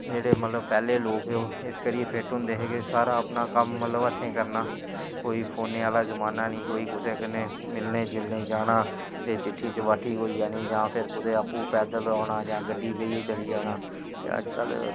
जेह्ड़े मतलब पैह्लें लोक हे ओह् इस करियै फिट्ट होंदे हे कि सारा अपना कम्म मतलब हत्थें करना कोई फोनै आह्ला जमान्ना नेईं कोई कुसै कन्नै मिलने जुलने गी जाना ते चिट्ठी चपाट्ठी कोई औनी जां कोई आपूं पैदल औना जां कोई गड्डी बेहियै चली जाना ते अजकल्ल